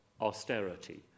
austerity